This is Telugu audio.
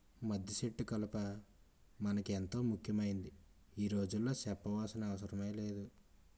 మద్దిసెట్టు కలప మనకి ఎంతో ముక్యమైందని ఈ రోజుల్లో సెప్పనవసరమే లేదు